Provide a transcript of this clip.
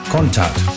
Contact